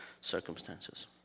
circumstances